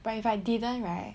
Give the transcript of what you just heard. but if I didn't right